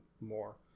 more